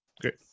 Great